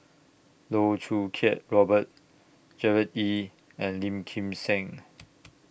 Loh Choo Kiat Robert Gerard Ee and Lim Kim San